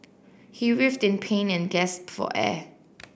he writhed in pain and gasped for air